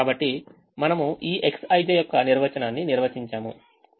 కాబట్టి మనము ఈ Xij యొక్క నిర్వచనాన్ని నిర్వచించాము